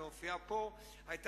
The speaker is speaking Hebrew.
ומופיעה כאן,